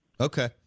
Okay